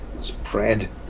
spread